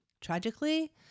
Tragically